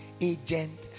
agent